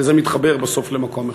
וזה מתחבר בסוף למקום אחד: